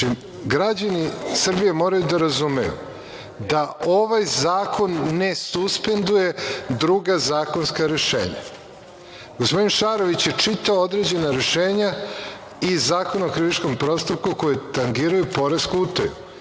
građani Srbije moraju da razumeju da ovaj zakon ne suspenduje druga zakonska rešenja. Gospodin Šarović je čitao određena rešenja i Zakon o krivičnom postupku koji tangiraju poresku utaju.